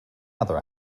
other